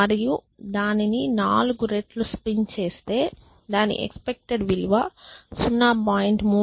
మరియు దానిని 4 రెట్లు స్పిన్ చేస్తే దాని ఎక్స్పెక్టెడ్ విలువ 0